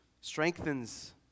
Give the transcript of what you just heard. strengthens